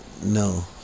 no